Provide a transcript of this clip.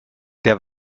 der